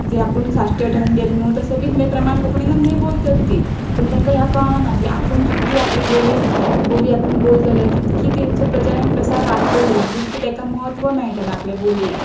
ती आपूण साश्टी वाठारान बी गेलीं न्हूं थंयसल्लीच मगे प्रमाण कोंकणीन मगे बोलतात ती पूण तेंकां ह्यां कळना की आपूण जितकी आपली बोलीन बोली आपूण बलतलो तितकी तेंचो प्रचार आनी प्रसार वाडटलो आनी तितकें तेका म्हत्व मेळटलें आपले बोलयेक